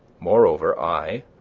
moreover, i,